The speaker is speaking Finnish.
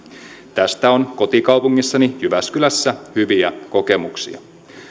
tästä on kotikaupungissani jyväskylässä hyviä kokemuksia